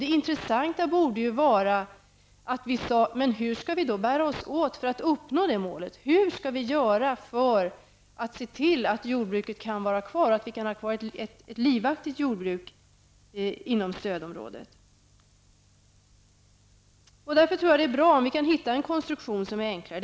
Det intressanta borde vara att vi sade: ''Hur skall vi då bära oss åt för att uppnå det målet? Hur skall vi göra för att se till att jordbruket kan vara kvar och att vi kan ha kvar ett livaktigt jordbruk inom stödområdet?'' Därför tror jag att det är bra om vi kan hitta en konstruktion som är enklare.